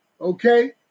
Okay